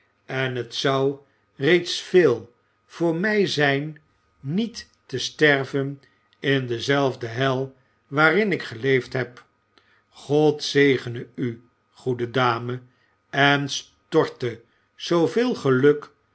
en het zou reeds veel voor mij zijn niet te sterven in dezelfde hel waarin ik geleefd heb god zegene u goede dame en storte zooveel geluk